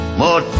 more